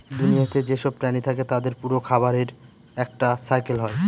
দুনিয়াতে যেসব প্রাণী থাকে তাদের পুরো খাবারের একটা সাইকেল হয়